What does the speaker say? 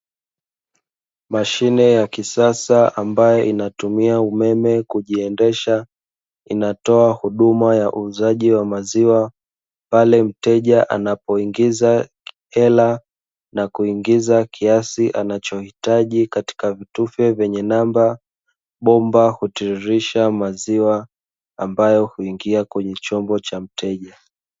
Mashine ya kisasa ambayo inatumia umeme kujiendesha inatoa huduma ya uuzaji wa maziwa pale mteja anapoingiza hela na kuingiza kiasi anachohitaji katika vitufe vyenye namba, bomba hutiririsha maziwa ambayo huingia kwenye chombo cha mteja.